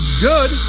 good